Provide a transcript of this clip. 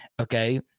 okay